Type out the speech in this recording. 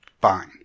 fine